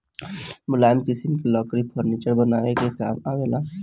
मुलायम किसिम के लकड़ी फर्नीचर बनावे के काम आवेला